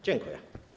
Dziękuję.